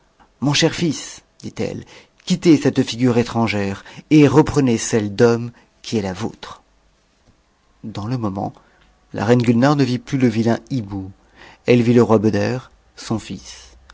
mon cher fils dit-elle quittez cette figure étrangère et reprenez celle d'homme qui est la vôtre dans le moment la reine gulnare ne vit plus le vilain hibou elle vit le roi beder son fils